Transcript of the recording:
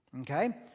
okay